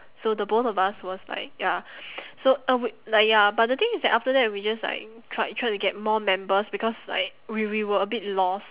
so the both of us was like ya so uh wait like ya but the thing is that after that we just like tried tried to get more members because like we we were a bit lost